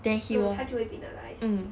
他就会 penalise